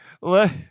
let